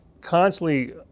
constantly